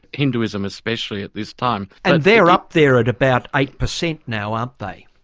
hinduism especially at this time. and they're up there at about eight per cent now aren't they?